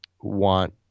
want